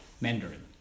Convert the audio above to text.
Mandarin